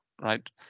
right